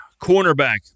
cornerback